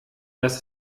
dass